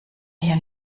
hier